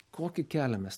kokį kelią mes